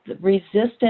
resistance